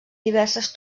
diverses